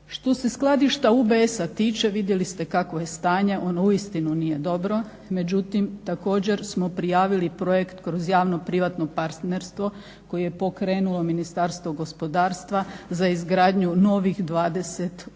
Što se skladišta UBS-a tiče vidjeli ste kakvo je stanje, ono uistinu nije dobro. Međutim također smo prijavili projekt kroz javno privatno partnerstvo koje je pokrenulo Ministarstvo gospodarstva za izgradnju novih 20 UBS